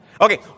Okay